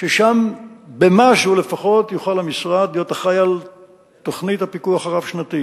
ששם במשהו לפחות יוכל המשרד להיות אחראי לתוכנית הפיקוח הרב-שנתית,